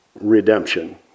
redemption